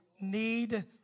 need